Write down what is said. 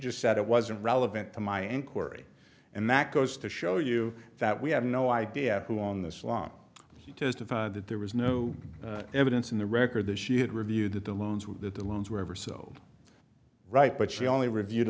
just said it wasn't relevant to my inquiry and that goes to show you that we have no idea who on this loan he testified that there was no evidence in the record that she had reviewed the loans were that the loans were ever so right but she only reviewed